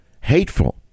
hateful